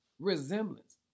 resemblance